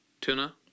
Tuna